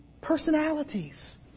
personalities